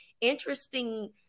interesting